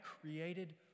created